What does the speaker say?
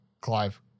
Clive